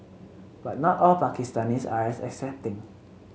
but not all Pakistanis are as accepting